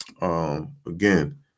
Again